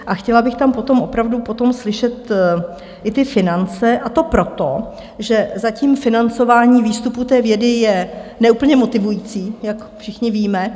A chtěla bych tam potom opravdu slyšet i ty finance, a to proto, že zatím financování výstupu vědy je ne úplně motivující, jak všichni víme.